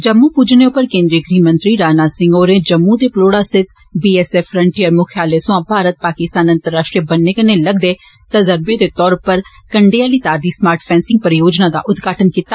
जम्मू पुजने उप्पर केन्द्रीय गृहमंत्री राजनाथ सिंह होरें जम्मू दे पलौड़ा स्थित बी एस एफ फ्रंटिनयर मुख्यालय सोयां भारत पाकिस्तान अंतर्राष्ट्रीय बन्ने दे कन्ने कन्नै तजरबे दे तौरे पर कंडे आली तार दी स्मार्ट फैंसिंग परियोजना दा उदघाटन कीता